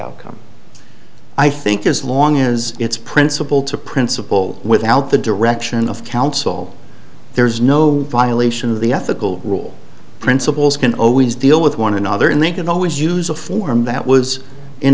outcome i think as long as it's principle to principle without the direction of counsel there's no violation of the ethical rule principles can always deal with one another and they can always use a form that was in